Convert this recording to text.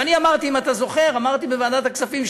ואני אמרתי בוועדת הכספים,